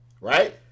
right